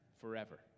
forever